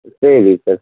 சரி சார்